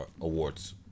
awards